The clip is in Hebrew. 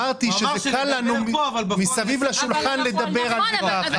אמרתי שמסביב לשולחן לדבר על זה ככה,